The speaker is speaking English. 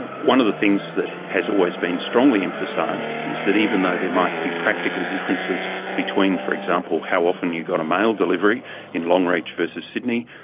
and one of the things that has always been strongly emphasised is that even though there might be practical differences between, for example, how often you got a mail delivery in longreach versus sydney,